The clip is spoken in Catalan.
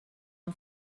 han